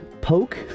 poke